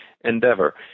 endeavor